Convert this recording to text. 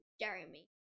Jeremy